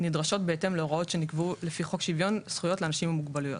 נדרשות בהתאם להוראות שנקבעו לפי חוק שוויון זכויות לאנשים עם מוגבלות,